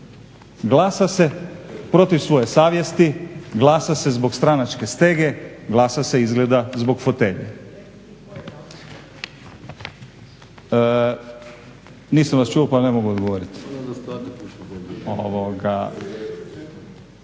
Glasa se protiv svoje savjesti, glasa se zbog stranačke stege, glasa se izgleda zbog fotelje.